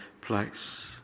place